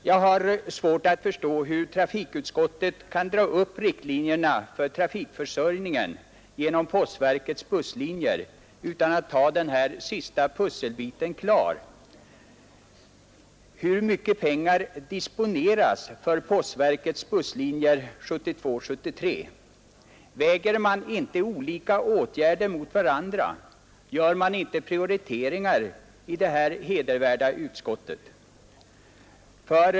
Jag har svårt att förstå hur trafikutskottet kan dra upp riktlinjerna för trafikförsörjningen genom postverkets busslinjer utan att ha den sista pusselbiten klar. Hur mycket pengar disponeras för postverkets busslinjer 1972/73? Väger man inte olika åtgärder mot varandra? Gör man inte prioriteringar i detta hedervärda utskott?